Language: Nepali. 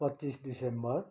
पच्चिस दिसम्बर